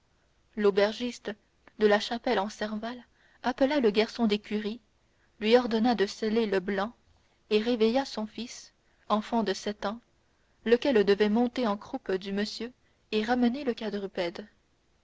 l'aubergiste de la chapelle en serval appela le garçon d'écurie lui ordonna de seller le blanc et réveilla son fils enfant de sept ans lequel devait monter en croupe du monsieur et ramener le quadrupède